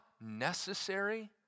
necessary